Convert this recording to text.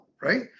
right